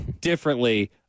differently